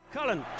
Cullen